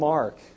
Mark